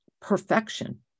perfection